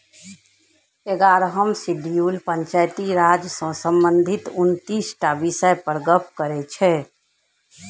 एगारहम शेड्यूल पंचायती राज सँ संबंधित उनतीस टा बिषय पर गप्प करै छै